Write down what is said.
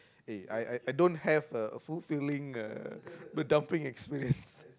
eh I I I don't have a fulfilling uh dumpling experience